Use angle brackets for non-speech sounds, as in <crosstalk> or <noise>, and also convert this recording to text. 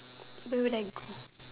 <unintelligible> call